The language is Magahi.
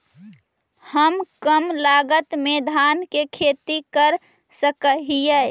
हम कम लागत में धान के खेती कर सकहिय?